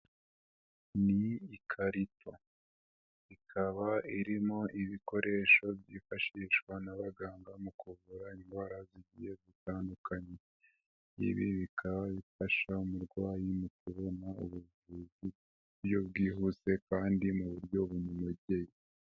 Ni ikarito, ikaba irimo ibikoresho byifashishwa n'abaganga mu kuvura indwara zigiye gutandukanye, ibi bikaba bifasha umurwayi mu kubona ubuvuzi, k'uburyo bwihuse kandi mu buryo bumunogeye.